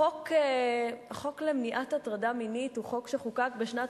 החוק למניעת הטרדה מינית חוקק בשנת